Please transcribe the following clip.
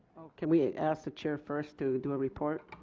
can we ask the chair first to do a report.